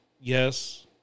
yes